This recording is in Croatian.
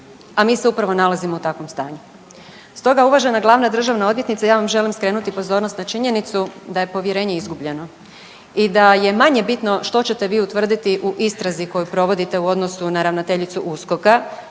a mi se upravo nalazimo u takvom stanju. Stoga, uvažena glavna državna odvjetnice, ja vam želim skrenuti pozornost na činjenicu da je povjerenje izgubljeno i da je manje bitno što ćete vi utvrditi u istrazi koju provodite u odnosu na ravnateljicu USKOK-a,